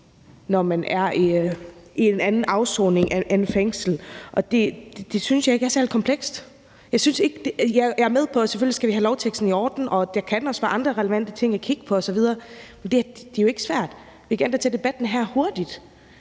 når man er i en anden afsoning end fængsel. Det synes jeg ikke er særlig komplekst. Jeg er med på, at lovteksten selvfølgelig skal være i orden, og at der også kan være andre relevante ting at kigge på osv. Men det er jo ikke svært. Vi kan endda tage debatten her hurtigt.